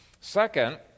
Second